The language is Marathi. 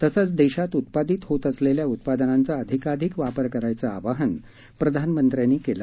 तसेच देशात उत्पादित होत असलेल्या उत्पादनांचा अधिकाधिक वापर करण्याचे आवाहन प्रधानमंत्र्यांनी केलं